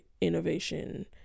innovation